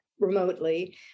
remotely